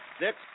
Next